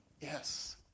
Yes